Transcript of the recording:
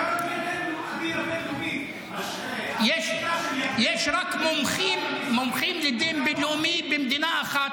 גם הדין הבין-לאומי --- יש רק מומחים לדין בין-לאומי במדינה אחת,